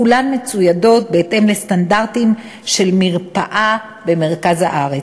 כולן מצוידות בהתאם לסטנדרטים של מרפאה במרכז הארץ,